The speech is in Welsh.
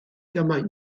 gymaint